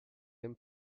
him